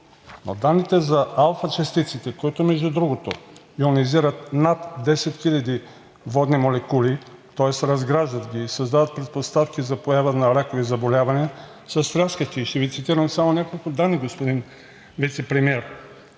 Но данните за алфа частиците, които, между другото, йонизират над 10 хиляди водни молекули, тоест разграждат ги, създават предпоставки за поява на ракови заболявания, са стряскащи. Ще Ви цитирам само няколко данни, господин Вицепремиер.